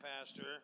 Pastor